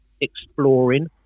exploring